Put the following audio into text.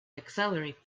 accelerate